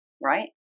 right